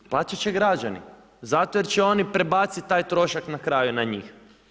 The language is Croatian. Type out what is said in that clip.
Plaćati će građani zato jer će oni prebaciti taj trošak na kraju na njih.